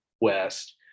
west